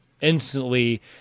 instantly